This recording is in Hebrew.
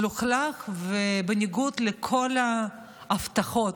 מלוכלך ובניגוד לכל ההבטחות.